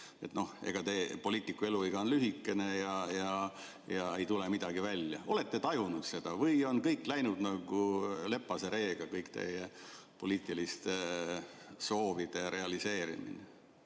Poliitiku eluiga on lühike ja ei tule midagi välja. Kas olete tajunud seda või on läinud nagu lepase reega teie poliitiliste soovide realiseerimine?